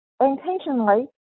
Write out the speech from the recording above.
intentionally